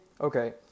okay